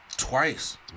Twice